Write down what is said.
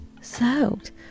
soaked